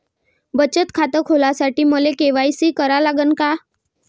बचत खात खोलासाठी मले के.वाय.सी करा लागन का?